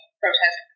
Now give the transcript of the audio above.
protest